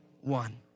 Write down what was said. one